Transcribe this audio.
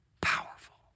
Powerful